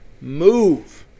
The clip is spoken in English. move